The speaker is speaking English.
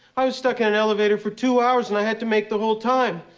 i was stuck in an elevator for two hours and i had to make the whole time.